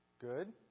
good